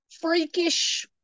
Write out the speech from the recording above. freakish